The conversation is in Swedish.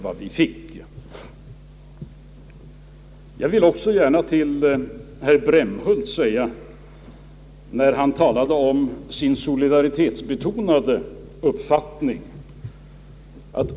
Herr Andersson i Brämhult talade om sin solidaritetsbetonade uppfattning.